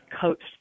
coached